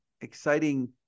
exciting